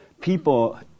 people